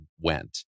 went